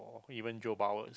even